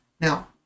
now